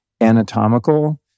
anatomical